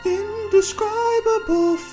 indescribable